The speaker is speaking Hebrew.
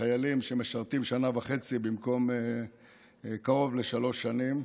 חיילים שמשרתים שנה וחצי במקום קרוב לשלוש שנים,